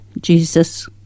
Jesus